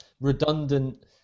redundant